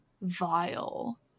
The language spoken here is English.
vile